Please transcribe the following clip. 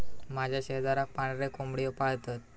माझ्या शेजाराक पांढरे कोंबड्यो पाळतत